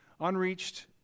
unreached